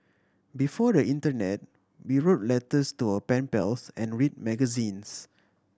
before the internet we wrote letters to our pen pals and read magazines